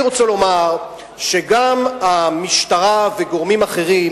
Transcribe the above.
אני רוצה לומר שגם המשטרה וגורמים אחרים